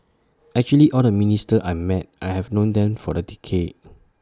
actually all the ministers I met I have known them for A decade